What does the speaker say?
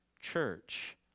church